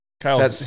Kyle